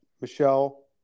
Michelle